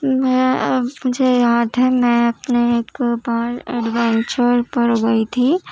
میں اور مجھے یاد ہے میں اپنے ایک بار ایڈونچر پر گئی تھی